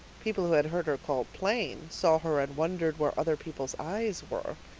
people who had heard her called plain saw her and wondered where other people's eyes were.